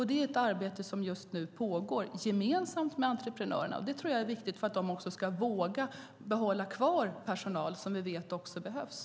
Det är ett arbete som just nu pågår gemensamt med entreprenörerna, och det tror jag är viktigt för att de ska våga behålla den personal som vi vet behövs.